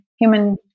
human